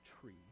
tree